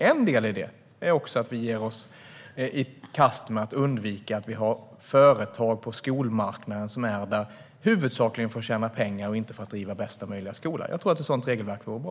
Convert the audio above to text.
En del i detta är att vi ger oss i kast med att undvika företag på skolmarknaden som är där huvudsakligen för att tjäna pengar och inte för att driva bästa möjliga skola. Ett sådant regelverk vore bra.